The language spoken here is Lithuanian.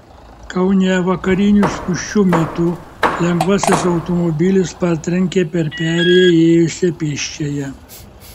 kaune vakarinių spūsčių metu lengvasis automobilis partrenkė per perėją ėjusią pėsčiąją